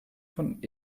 von